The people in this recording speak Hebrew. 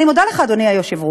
אני מודה לך, אדוני היושב-ראש,